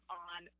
on